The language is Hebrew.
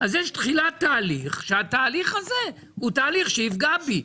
אז יש תחילת תהליך והתהליך הזה הוא תהליך שיפגע בי.